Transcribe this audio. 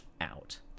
out